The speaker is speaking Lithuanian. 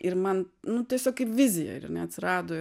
ir man nu tiesiog kaip vizija ir jinai atsirado